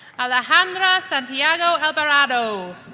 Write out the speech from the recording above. alejandra santiago alvarado